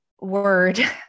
word